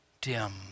dim